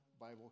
Bible